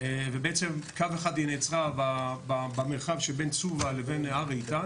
ובעצם קו אחד היא נעצרה במרחב שבין צובה לבין הר איתן,